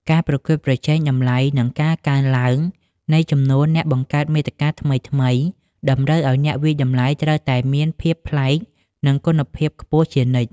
ការប្រកួតប្រជែងតម្លៃ និងការកើនឡើងនៃចំនួនអ្នកបង្កើតមាតិកាថ្មីៗ តម្រូវឱ្យអ្នកវាយតម្លៃត្រូវតែមានភាពប្លែក និងគុណភាពខ្ពស់ជានិច្ច។